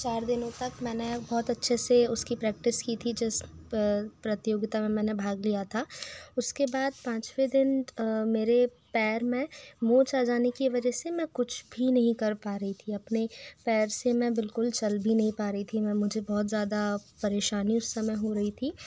चार दिनों तक मैंने बहुत अच्छे से उसकी प्रैक्टिस की थी जिस प्रतियोगिता में मैंने भाग लिया था उसके बाद पाँचवे दिन मेरे पैर में मोच आ जाने की वजह से मैं कुछ भी नही कर पा रही थी अपने पैर से मैं बिल्कुल चल भी नहीं पा रही थी मैं मुझे बहुत ज़्यादा परेशानी उस समय हो रही थी